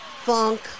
funk